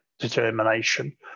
determination